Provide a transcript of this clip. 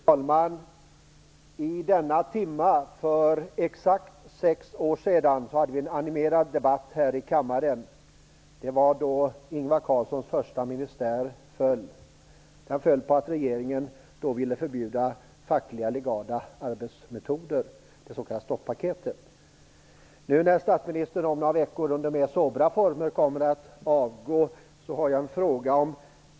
Fru talman! I denna timme för exakt sex år sedan hade vi här i kammaren en animerad debatt. Det var då som Ingvar Carlssons första ministär föll på att den genom det s.k. stoppaketet ville förbjuda legala fackliga arbetsmetoder. Nu när statsministern om några veckor och under mer sobra former kommer att avgå har jag en fråga att ställa.